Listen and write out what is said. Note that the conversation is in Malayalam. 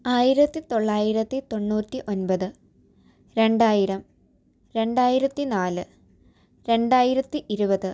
ആയിരത്തി തൊള്ളായിരത്തി തൊണ്ണൂറ്റി ഒൻപത് രണ്ടായിരം രണ്ടായിരത്തി നാല് രണ്ടായിരത്തി ഇരുപത്